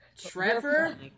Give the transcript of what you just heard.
Trevor